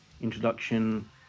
introduction